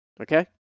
Okay